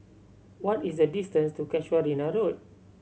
what is the distance to Casuarina Road